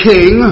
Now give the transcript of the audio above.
King